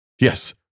Yes